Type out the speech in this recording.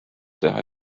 teha